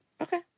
Okay